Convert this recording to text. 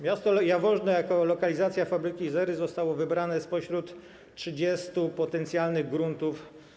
Miasto Jaworzno jako lokalizacja fabryki Izery zostało wybrane spośród 30 potencjalnych gruntów.